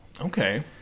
Okay